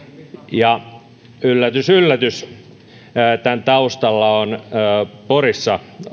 ja yllätys yllätys tämän taustalla ovat porissa